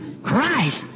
Christ